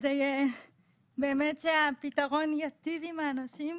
כדי שהפתרון באמת ייטיב עם האנשים.